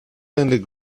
and